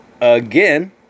again